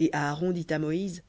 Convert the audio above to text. et aaron dit à moïse